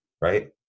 right